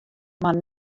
mar